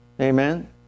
Amen